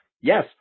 yes